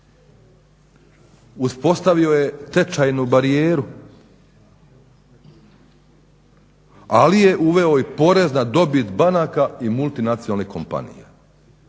Uspostavio je tečajnu barijeru, ali je uveo i porez na dobit banaka i multinacionalnih kompanija.